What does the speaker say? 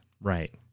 Right